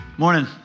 morning